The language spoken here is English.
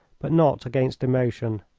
but not against emotion.